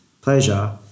pleasure